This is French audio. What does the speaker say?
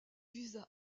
visa